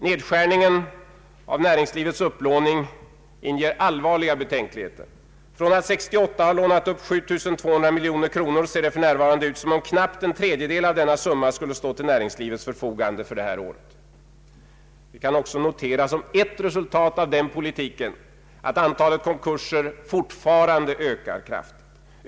Nedskärningen av näringslivets upplåning inger allvarliga betänkligheter. År 1968 lånade man upp 7200 miljoner kronor, men det ser för närvarande ut som om knappt en tredjedel av denna summa skulle stå till näringslivets förfogande för 1970. Vi kan också notera som ett resultat av denna politik, att antalet konkurser fortfarande ökar kraftigt.